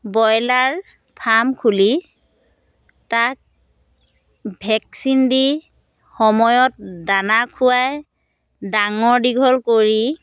এখন broiler farm খুলি তাক ভেক্সিন দি সময়ত দানা খুৱাই ডাঙৰ দীঘল কৰি